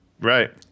Right